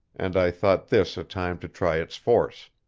and i thought this a time to try its force.